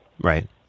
right